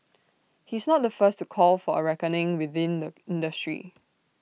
he's not the first to call for A reckoning within the industry